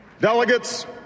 delegates